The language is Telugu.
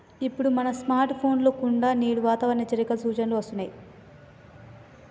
ఇప్పుడు మన స్కార్ట్ ఫోన్ల కుండా నేడు వాతావరణ హెచ్చరికలు, సూచనలు అస్తున్నాయి